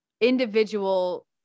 individual